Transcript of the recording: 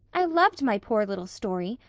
i loved my poor little story,